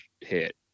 hit